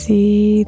See